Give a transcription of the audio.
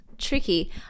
Tricky